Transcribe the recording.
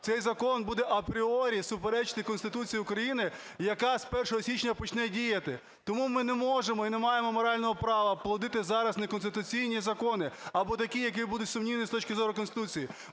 цей закон буде апріорі суперечити Конституції України, яка з 1 січня почне діяти. Тому ми не можемо і не маємо морального права плодити зараз неконституційні закони або такі, які будуть сумнівні з точки зору Конституції.